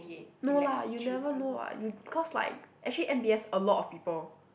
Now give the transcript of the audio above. no lah you never know what you cause like actually M_B_S a lot of people